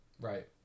Right